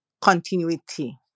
continuity